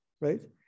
right